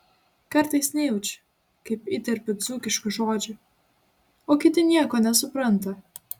kartais nejaučiu kaip įterpiu dzūkiškų žodžių o kiti nieko nesupranta